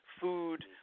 food